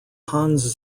hans